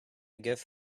give